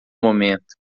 momento